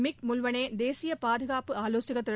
மிக் Mulvaney தேசிய பாதுகாப்பு ஆலோசகர் திரு